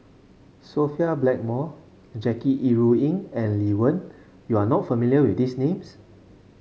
Sophia Blackmore Jackie Yi Ru Ying and Lee Wen you are not familiar with these names